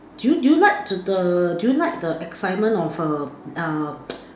do you do you like the do you like the excitement of err err